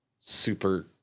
super-